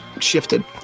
shifted